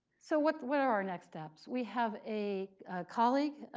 so what what are our next steps? we have a colleague,